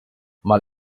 mal